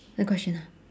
the question ah